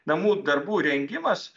namų darbų rengimas